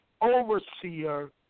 overseer